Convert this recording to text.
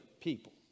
people